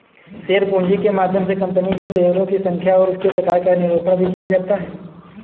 share पूंजी के माध्यम से कंपनी के शेयरों की संख्या और उसके प्रकार का निरूपण भी किया जाता है